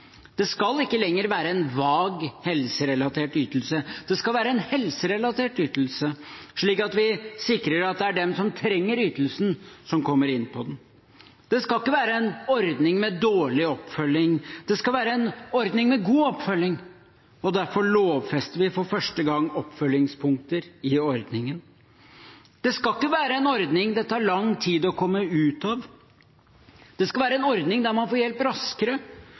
Det skal ikke lenger være en vag helserelatert ytelse, det skal være en helserelatert ytelse, slik at vi sikrer at det er dem som trenger ytelsen, som kommer inn på den. Det skal ikke være en ordning med dårlig oppfølging, det skal være en ordning med god oppfølging. Derfor lovfester vi for første gang oppfølgingspunkter i ordningen. Det skal ikke være en ordning det tar lang tid å komme ut av, det skal være en ordning der man får hjelp raskere,